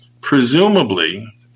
Presumably